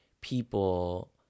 people